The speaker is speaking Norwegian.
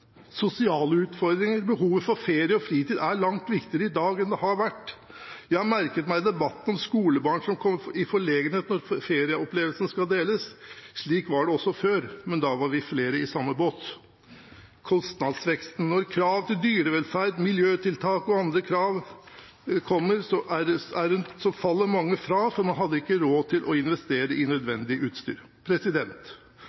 Sosiale utfordringer: Behovet for ferie og fritid er langt viktigere i dag enn det har vært. Jeg har merket meg debatten om skolebarn som kom i forlegenhet når ferieopplevelsen skal deles. Slik var det også før, men da var vi flere i samme båt. Kostnadsveksten: Når krav til dyrevelferd, miljøtiltak og andre krav kommer, faller mange fra for man har ikke råd til å investere i